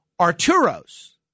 Arturo's